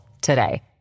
today